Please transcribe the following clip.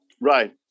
right